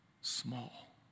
small